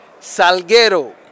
Salguero